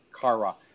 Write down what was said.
Kara